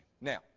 Now